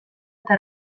eta